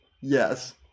yes